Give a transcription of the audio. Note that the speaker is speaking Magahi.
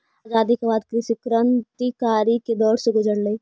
आज़ादी के बाद कृषि क्रन्तिकारी के दौर से गुज़ारलई